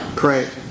correct